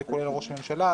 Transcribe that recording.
זה כולל ראש הממשלה,